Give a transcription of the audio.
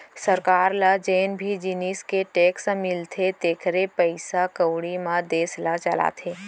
सरकार ल जेन भी जिनिस ले टेक्स मिलथे तेखरे पइसा कउड़ी म देस ल चलाथे